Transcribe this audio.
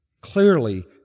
Clearly